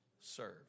serve